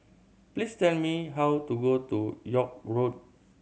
please tell me how to go to York Road